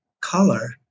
color